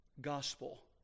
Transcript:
gospel